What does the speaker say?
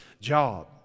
job